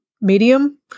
medium